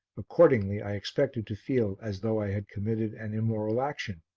accordingly i expected to feel as though i had committed an immoral action,